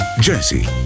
Jesse